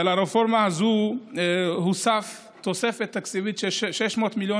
ברפורמה הזאת הוספה תוספת תקציבית של 600 מיליון